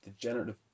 degenerative